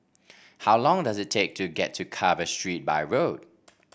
how long does it take to get to Carver Street by road